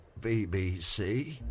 BBC